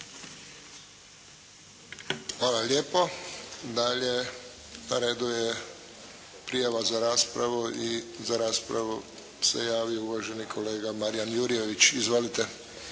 Hvala lijepo. Dalje na redu je prijava za raspravu. I za raspravu se javio uvaženi kolega Marin Jurjević. Izvolite.